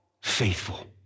Faithful